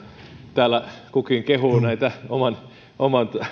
täällä kukin kehuu oman oman